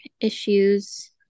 issues